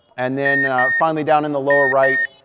and then finally down in the lower right,